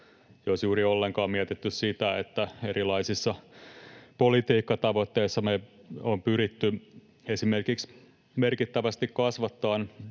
jos juuri ollenkaan — mietitty sitä, että erilaisissa politiikkatavoitteissa me ollaan pyritty esimerkiksi merkittävästi kasvattamaan